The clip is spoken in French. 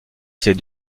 ses